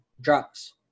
drugs